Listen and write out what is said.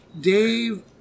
Dave